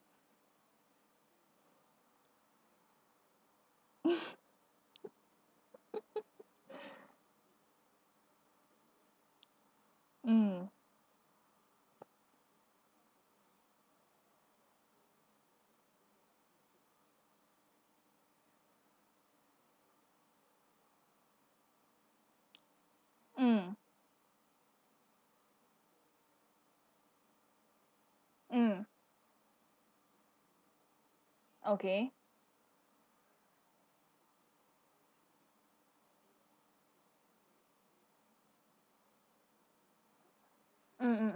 mm mm mm okay mm mm